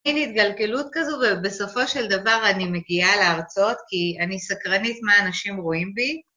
הנה התגלגלות כזו ובסופו של דבר אני מגיעה להרצות כי אני סקרנית מה אנשים רואים בי.